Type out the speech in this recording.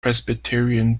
presbyterian